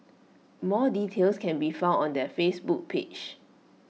more details can be found on their Facebook page